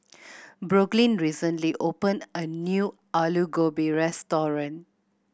Brooklyn recently opened a new Alu Gobi Restaurant